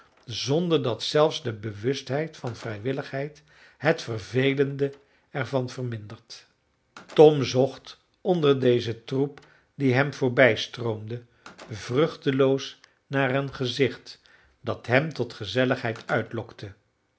zonder dat zelfs de bewustheid van vrijwilligheid het vervelende er van vermindert tom zocht onder dezen troep die hem voorbijstroomde vruchteloos naar een gezicht dat hem tot gezelligheid uitlokte